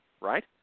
right